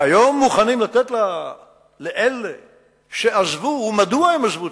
והיום מוכנים לתת לאלה שעזבו, ומדוע הם עזבו?